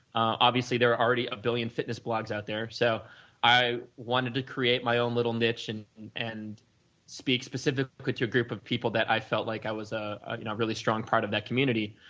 obviously, there already a billion fitness blogs out there, so i wanted to create my own little niche and and speak specifically to a group of people that i felt like i was not ah you know really strong part of that community,